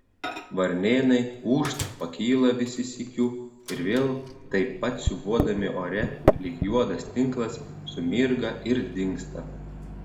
varnėnai ūžt pakyla visi sykiu ir vėl taip pat siūbuodami ore lyg juodas tinklas sumirga ir dingsta